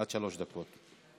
עד שלושה דקות.